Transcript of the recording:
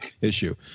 issue